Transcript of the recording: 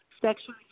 sexually